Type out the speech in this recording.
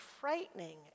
frightening